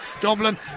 Dublin